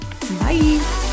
Bye